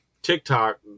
TikTok